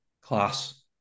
Class